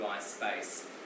space